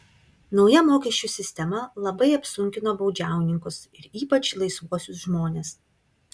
nauja mokesčių sistema labai apsunkino baudžiauninkus ir ypač laisvuosius žmones